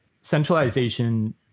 Centralization